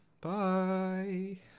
Bye